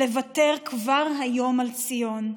לוותר כבר היום על ציון".